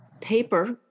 paper